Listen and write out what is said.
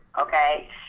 okay